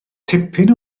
tipyn